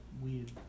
weird